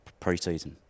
preseason